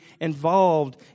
involved